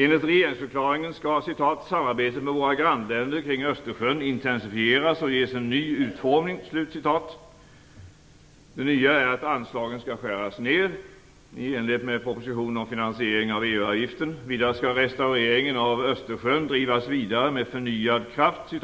Enligt regeringsförklaringen skall "samarbetet med våra grannländer kring Östersjön intensifieras och ges en ny utformning". Det nya är att anslagen skall skäras ned, i enlighet med propositionen om finansieringen av EU-avgiften. Vidare skall restaureringen av Östersjön drivas vidare med "förnyad kraft".